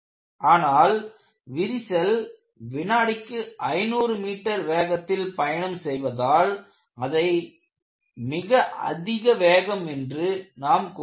ஆனால் விரிசல் வினாடிக்கு 500 மீட்டர் வேகத்தில் பயணம் செய்வதால் அதை மிக அதிக வேகம் என்று நாம் கூறலாம்